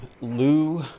Lou